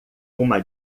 uma